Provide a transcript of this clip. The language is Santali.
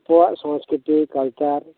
ᱟᱵᱚᱣᱟᱜ ᱥᱚᱝᱥᱠᱨᱤᱛᱤ ᱠᱟᱞᱪᱟᱨ